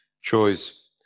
choice